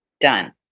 done